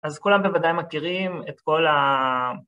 אז כולם בוודאי מכירים את כל ה...